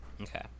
Okay